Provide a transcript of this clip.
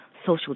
social